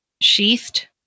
sheathed